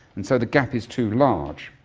and so the gap is too large.